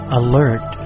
alert